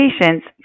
patients